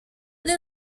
near